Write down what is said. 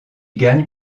gagne